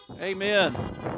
Amen